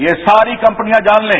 ये सारी कंपनियां जान लें